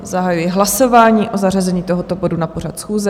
Zahajuji hlasování o zařazení tohoto bodu na pořad schůze.